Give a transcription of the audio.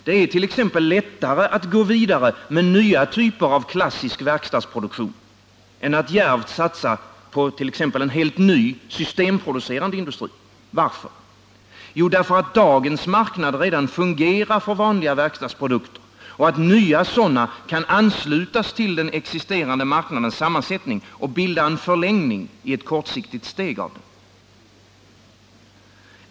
Det är t.ex. lättare att gå vidare med nya typer av klassisk verkstadsproduktion än att djärvt satsa på t.ex. en helt ny systemproducerande industri. Varför? Jo, därför att dagens marknader redan fungerar för vanliga verkstadsprodukter och nya sådana kan anslutas till den existerande marknadens sammansättning och bilda en förlängning i ett kortsiktigt steg av den.